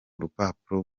rupapuro